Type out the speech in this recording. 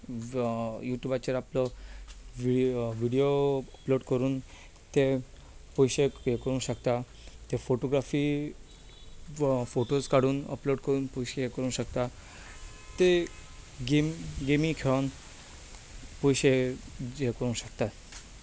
युट्युबाचेर आपलो video upload करून ते पयशे हे करूंक शकता फोटोग्राफी फोटोस् काडून अपलोड करून पयशे हे करूंक शकतात ते गेम गेमी खेळून पयशे हें करूंक शकतात